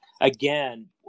again